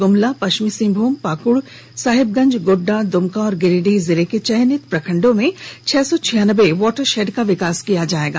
गुमला पश्चिमी सिंहमूम पाकुड़ साहेबगंज गोड्डा दुमका और गिरिडीह जिले के चयनित प्रखंडों में छह सौ छियानबे वाटरशेड का विकास किया जाएगा